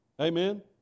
Amen